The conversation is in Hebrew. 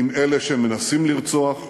עם אלה שמנסים לרצוח,